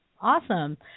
Awesome